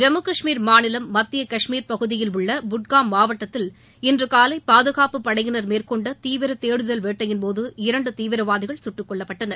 ஜம்மு கஷ்மீர் மாநிலம் மத்திய கஷ்மீர் பகுதியில் உள்ள புட்காம் மாவட்டத்தில் இன்று காலை பாதுகாப்பு படையினர் மேற்கொண்ட தீவிர தேர்தல் வேட்டையின் போது இரண்டு தீவிரவாதிகள் கொல்லப்பட்டனர்